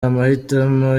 amahitamo